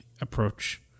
approach